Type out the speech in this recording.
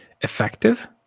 effective